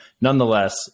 nonetheless